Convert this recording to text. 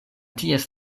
ties